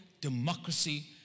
democracy